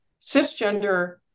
cisgender